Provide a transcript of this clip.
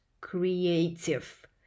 creative